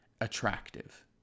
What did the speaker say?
attractive